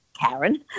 Karen